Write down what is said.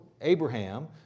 Abraham